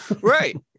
right